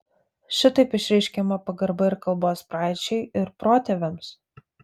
šitaip išreiškiama pagarba ir kalbos praeičiai ir protėviams